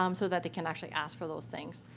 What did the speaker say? um so that they can actually ask for those things.